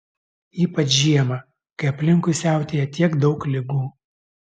ypač žiemą kai aplinkui siautėja tiek daug ligų